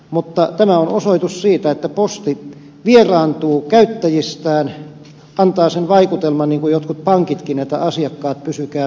mutta tämä on osoitus siitä että posti vieraantuu käyttäjistään antaa sen vaikutelman niin kuin jotkut pankitkin että asiakkaat pysykää meiltä pois